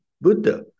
Buddha